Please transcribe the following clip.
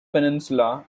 peninsula